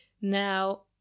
Now